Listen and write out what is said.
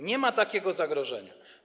Nie ma takiego zagrożenia.